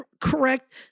correct